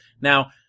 Now